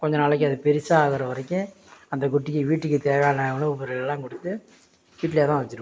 கொஞ்ச நாளைக்கு அது பெருசாக ஆகுற வரைக்கும் அந்த குட்டியை வீட்டுக்கு தேவையான உணவு பொருள்லாம் கொடுத்து வீட்லே தான் வச்சிருப்போம்